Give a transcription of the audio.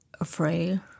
afraid